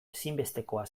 ezinbestekoa